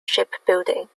shipbuilding